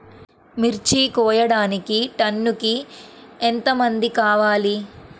మిర్చి కోయడానికి టన్నుకి ఎంత మంది కావాలి?